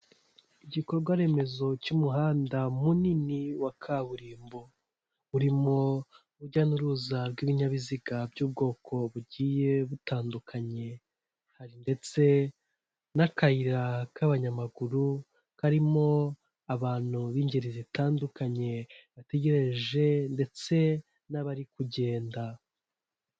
Igikorwa remezo cy'umuhanda munini wa kaburimbo, urimo urujya n'uruza rw'ibinyabiziga by'ubwoko bugiye butandukanye, hari ndetse n'akayira k'abanyamaguru karimo abantu b'ingeri zitandukanye bategereje ndetse n'abari kugenda.